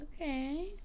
Okay